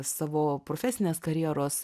savo profesinės karjeros